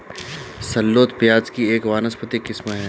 shallot प्याज़ की एक वानस्पतिक किस्म है